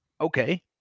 okay